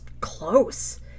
close